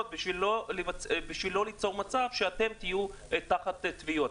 בשביל לא ליצור מצב שאתם תהיו תחת תביעות.